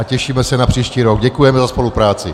Těšíme se na příští rok, děkujeme za spolupráci.